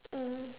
mm